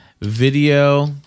video